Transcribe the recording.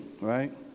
right